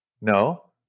No